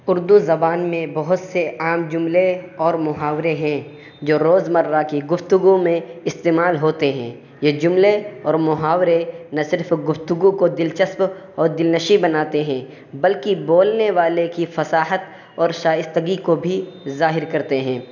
اردو زبان میں بہت سے عام جملے اور محاورے ہیں جو روز مرہ کی گفتگو میں استعمال ہوتے ہیں یہ جملے اور محاورے نہ صرف گفتگو کو دلچسپ اور دلنشیں بناتے ہیں بلکہ بولنے والے کی فصاحت اور شائستگی کو بھی ظاہر کرتے ہیں